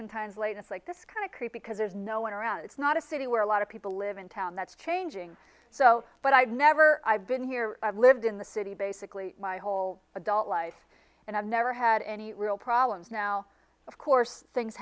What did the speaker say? sometimes late it's like this kind of creep because there's no one around it's not a city where a lot of people live in town that's changing so but i've never i've been here i've lived in the city basically my whole adult life and i've never had any real problems now of course things